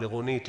לרונית,